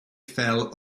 fell